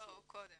מקודם